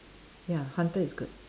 ya hunter is good